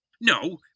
No